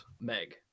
Meg